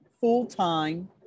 full-time